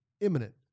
imminent